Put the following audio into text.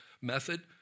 method